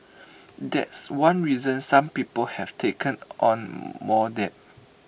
that's one reason some people have taken on more debt